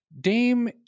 Dame